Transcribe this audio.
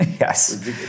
yes